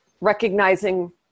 recognizing